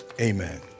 amen